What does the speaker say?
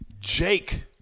Jake